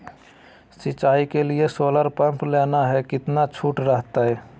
सिंचाई के लिए सोलर पंप लेना है कितना छुट रहतैय?